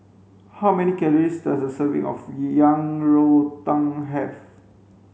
how many calories does a serving of yang rou tang have